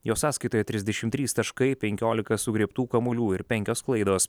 jo sąskaitoje trisdešim trys taškai penkiolika sugriebtų kamuolių ir penkios klaidos